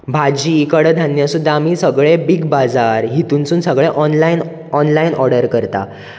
भाजी कडधान्य सुद्दां आमी सगळें बीग बाजार हेतूंत सून सगळें ऑनलायन ऑनलायन ऑर्डर करतात